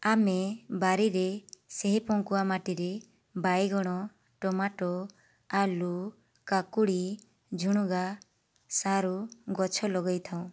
ଆମେ ବାରିରେ ସେହି ପଙ୍କୁଆ ମାଟିରେ ବାଇଗଣ ଟମାଟୋ ଆଳୁ କାକୁଡ଼ି ଝୁଡ଼ୁଙ୍ଗା ସାରୁ ଗଛ ଲଗେଇଥାଉ